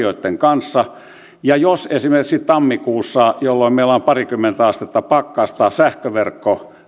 vakavien asioitten kanssa jos esimerkiksi tammikuussa jolloin meillä on parikymmentä astetta pakkasta sähköverkko